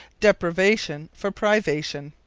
deprivation for privation.